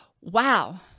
wow